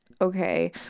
okay